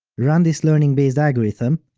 run this learning-based algorithm,